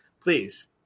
please